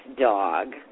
dog